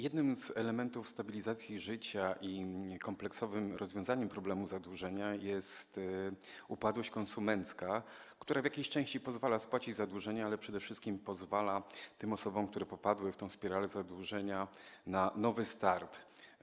Jednym z elementów stabilizacji życia i kompleksowym rozwiązaniem problemu zadłużenia jest upadłość konsumencka, która w jakiejś części pozwala spłacić zadłużenie, ale przede wszystkim pozwala tym osobom, które popadły w spiralę zadłużenia, na nowy start.